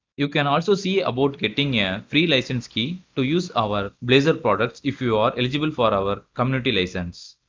you can also see about getting yeah free license key to use our blazor products if you are eligible for our community license.